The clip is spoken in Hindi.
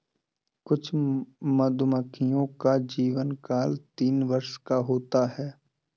कुछ मधुमक्खियों का जीवनकाल तीन वर्ष का होता है